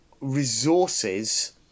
resources